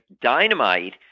Dynamite